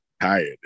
tired